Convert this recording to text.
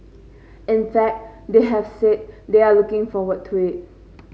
in fact they have said they are looking forward to it